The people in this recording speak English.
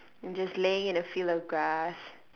just laying in a field of grass